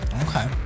Okay